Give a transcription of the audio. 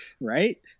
Right